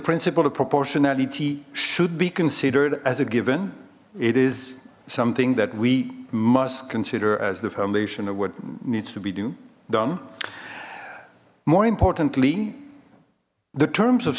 principle of proportionality should be considered as a given it is something that we must consider as the foundation of what needs to be do done more importantly the terms of